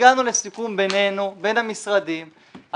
הגענו לסיכום בינינו, בין המשרדים,